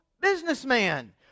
businessman